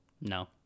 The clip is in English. No